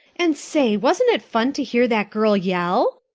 and say, wasn't it fun to hear that girl yell?